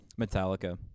Metallica